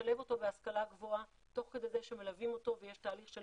לשלב אותו בהשכלה גבוהה תוך כדי זה שמלווים אותו ויש תהליך של